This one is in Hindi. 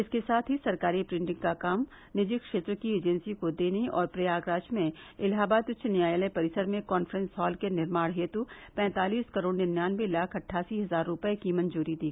इसके साथ ही सरकारी प्रिंटिंग का काम निजी क्षेत्र की एजेंसी को देने और प्रयागराज में इलाहाबाद उच्च न्यायालय परिसर में कांफ्रेंस हॉल के निर्माण हेतु पैतालीस करोड़ निन्यानन्बे लाख अट्ठासी हजार रूपये की मंजूरी दी